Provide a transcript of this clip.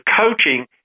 coaching